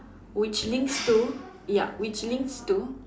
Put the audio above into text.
which links to ya which links to